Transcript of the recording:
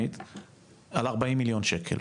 על 40 מיליון שקל,